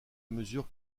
mesure